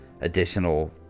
additional